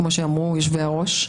כמו שאמרו יושבי הראש,